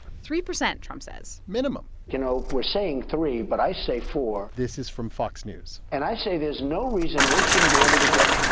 three percent, trump says minimum you know, we're saying three, but i say four this is from fox news and i say there's no reason we shouldn't be able to get,